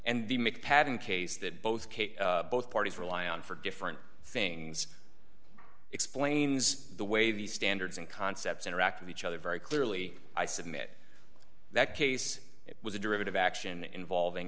padding case that both both parties rely on for different things explains the way these standards and concepts interact with each other very clearly i submit that case it was a derivative action involving